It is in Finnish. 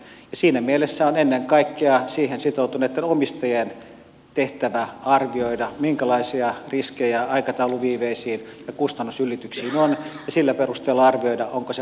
siinä mielessä on ennen kaikkea siihen sitoutuneitten omistajien tehtävä arvioida minkälaisia riskejä aikatauluviiveisiin ja kustannusylityksiin on ja sillä perusteella arvioida onko se kannattavaa vai ei